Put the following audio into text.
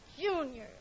Junior